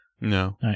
No